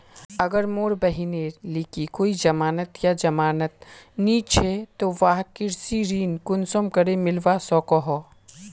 अगर मोर बहिनेर लिकी कोई जमानत या जमानत नि छे ते वाहक कृषि ऋण कुंसम करे मिलवा सको हो?